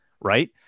right